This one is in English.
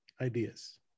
ideas